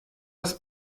das